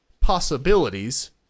possibilities